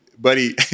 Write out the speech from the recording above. buddy